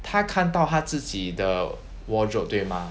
他看到到自己的 wardrobe 对吗